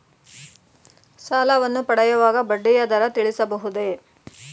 ಸಾಲವನ್ನು ಪಡೆಯುವಾಗ ಬಡ್ಡಿಯ ದರ ತಿಳಿಸಬಹುದೇ?